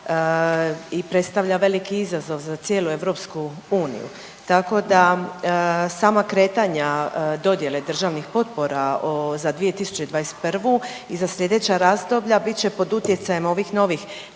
i predstavlja veliki izazov za cijelu EU. Tako da sama kretanja dodjele državnih potpora za 2021. i za slijedeća razdoblja bit će pod utjecajem ovih novih